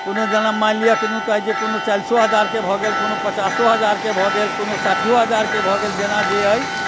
कोनो जेना मानि लिअ किदन कहै छै कोनो चालिसो हजारके भऽ गेल कोनो पचासो हजारके भऽ गेल कोनो साठिओ हजारके भऽ गेल जेना जे अइ